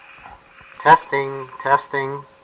testing, testing.